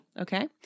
Okay